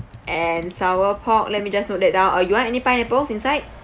and sour pork let me just note that down uh you want any pineapples inside